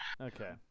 Okay